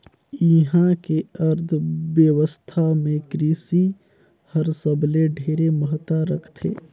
इहां के अर्थबेवस्था मे कृसि हर सबले ढेरे महत्ता रखथे